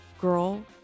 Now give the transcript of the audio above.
girl